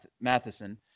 Matheson